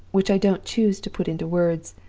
which i don't choose to put into words,